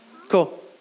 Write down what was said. Cool